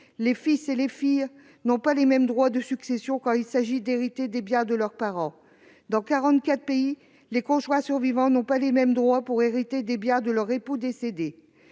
les fils et les filles n'ont pas les mêmes droits de succession quand il s'agit d'hériter des biens de leurs parents. Dans 44 pays, les conjoints survivants n'ont pas les mêmes droits pour hériter des biens de leur époux décédé.